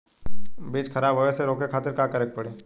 बीज खराब होए से रोके खातिर का करे के पड़ी?